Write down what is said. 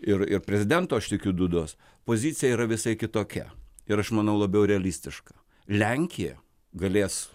ir ir prezidento aš tikiu dudos pozicija yra visai kitokia ir aš manau labiau realistiška lenkija galės